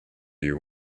you